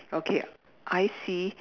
okay I see